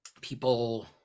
people